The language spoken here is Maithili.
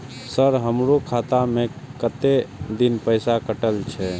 सर हमारो खाता में कतेक दिन पैसा कटल छे?